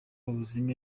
ubuzima